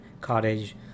cottage